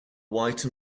white